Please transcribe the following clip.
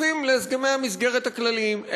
כפופים להסכמי המסגרת הכלליים.